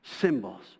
symbols